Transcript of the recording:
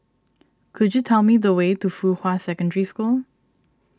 could you tell me the way to Fuhua Secondary School